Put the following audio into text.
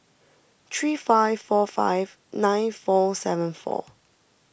three five four five nine four seven four